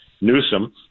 Newsom